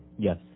Yes